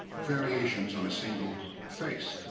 variations on a single face.